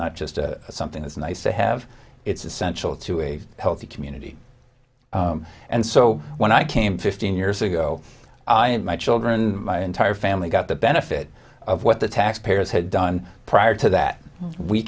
not just something that's nice to have it's essential to a healthy community and so when i came fifteen years ago i had my children my entire family got the benefit of what the taxpayers had done prior to that we